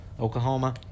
Oklahoma